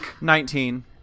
Nineteen